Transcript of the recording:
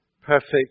perfect